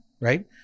right